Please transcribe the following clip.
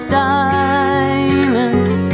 diamonds